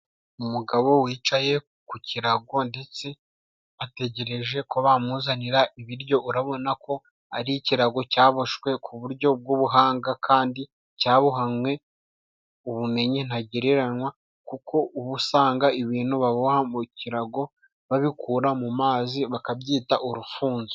Umugabo wicaye ku kirago, ndetse bategereje ko bamuzanira ibiryo, urabona ko ari ikirago cyaboshywe ku buryo bw'ubuhanga, kandi cyabohanywe ubumenyi ntagereranywa, kuko ubu usanga ibintu baboha mu kirago, babikura mu mazi bakabyita urufunzo.